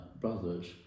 brothers